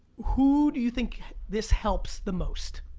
who do you think this helps the most?